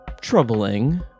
troubling